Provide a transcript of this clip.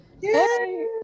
Yay